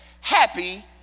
happy